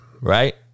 right